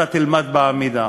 אתה תלמד בעמידה.